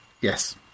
yes